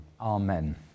Amen